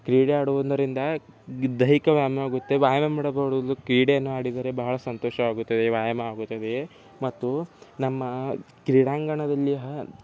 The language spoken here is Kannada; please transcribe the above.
ಕ್ರೀಡೆ ಆಡುವುದರಿಂದ ದೈಹಿಕ ವ್ಯಾಯಾಮ ಆಗುತ್ತೆ ವ್ಯಾಯಾಮ ಮಾಡೋದು ಕ್ರೀಡೆಯನ್ನು ಆಡಿದರೆ ಬಹಳ ಸಂತೋಷವಾಗುತ್ತದೆ ವ್ಯಾಯಾಮ ಆಗುತ್ತದೆ ಮತ್ತು ನಮ್ಮ ಕ್ರೀಡಾಂಗಣದಲ್ಲಿ